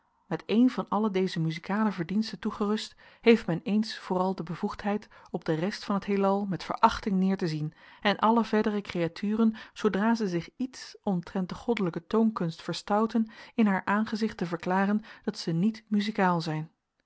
met een van alle deze muzikale verdiensten toegerust heeft men eens vooral de bevoegdheid op de rest van t heelal met verachting neer te zien en alle verdere creaturen zoodra ze zich iets omtrent de goddelijke toonkunst verstouten in haar aangezicht te verklaren dat ze niet muzikaal zijn